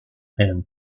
and